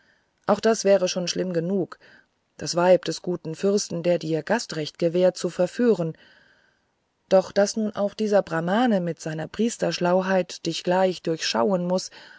auch das wäre schon schlimm genug das weib des guten fürsten der dir gastrecht gewährt zu verführen doch daß nun auch dieser brahmane mit seiner priesterschlauheit dich gleich durchschauen muß